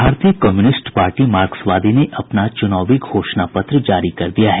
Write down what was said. भारतीय communist party मार्क्सवादी ने अपना चुनावी घोषणा पत्र जारी कर दिया है